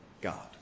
God